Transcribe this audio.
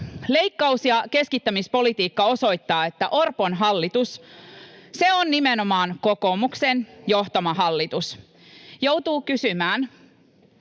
Leikkaus- ja keskittämispolitiikka osoittaa, että Orpon hallitus on nimenomaan kokoomuksen johtama hallitus. Joutuu kysymään: